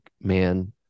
man